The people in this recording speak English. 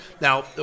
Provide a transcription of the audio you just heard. Now